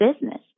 business